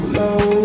low